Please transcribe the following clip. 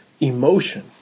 emotion